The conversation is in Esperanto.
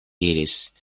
diris